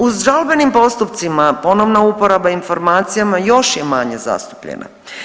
U žalbenim postupcima ponovna uporaba informacijama još je manje zastupljena.